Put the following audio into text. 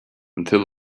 until